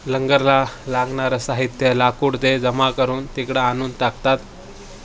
लंगरला लागणारं साहित्य लाकूड दे जमा करून तिकडं आणून टाकतात